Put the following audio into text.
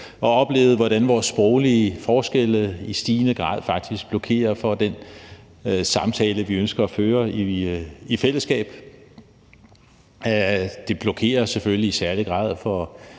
har oplevet, hvordan vores sproglige forskelle i stigende grad faktisk blokerer for den samtale, vi ønsker at føre med hinanden. Det blokerer selvfølgelig i særlig grad for